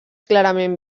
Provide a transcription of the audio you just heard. clarament